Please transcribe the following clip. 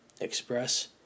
express